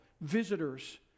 visitors